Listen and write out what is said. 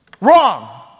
Wrong